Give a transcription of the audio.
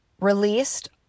released